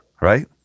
Right